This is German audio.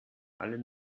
alle